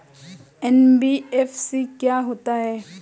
NBFC क्या होता है?